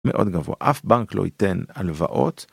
מאוד גבוה אף בנק לא ייתן הלוואות